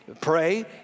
pray